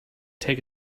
take